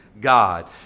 God